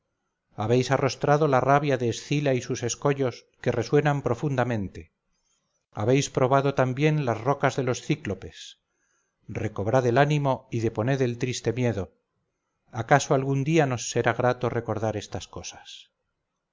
habéis arrostrado la rabia de escila y sus escollos que resuenan profundamente habéis probado también las rocas de los cíclopes recobrad el ánimo y deponed el triste miedo acaso algún día nos será grato recordar estas cosas